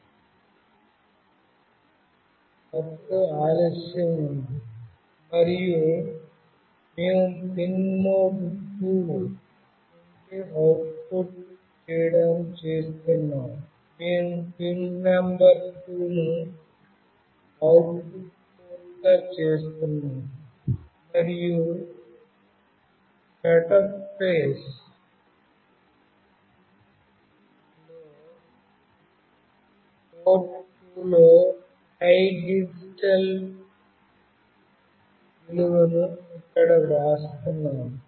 అప్పుడు ఆలస్యం ఉంది మరియు మేము పిన్ మోడ్ 2 ను అవుట్పుట్ చేయడానికి చేస్తున్నాము మేము పిన్ నంబర్ 2 ను అవుట్పుట్ పోర్టుగా చేస్తున్నాము మరియు సెటప్ ఫేస్ లో పోర్ట్ 2 లో హై డిజిటల్ విలువను ఇక్కడ వ్రాస్తున్నాము